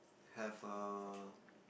have a